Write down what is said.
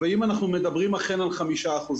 והאם אנחנו אכן מדברים על 5%?